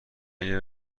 اگه